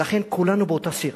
ולכן, כולנו באותה סירה.